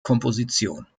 komposition